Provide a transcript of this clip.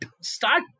start